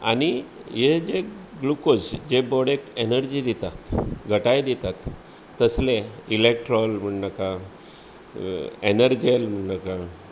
आनी हें जें ग्लुकोज जे बॉडेक एनर्जी दितात घटाय दितात तसले इलॅक्ट्रॉल म्हण नाका एनर्जेल म्हण नाका